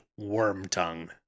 Wormtongue